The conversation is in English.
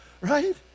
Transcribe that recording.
Right